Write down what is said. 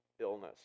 illness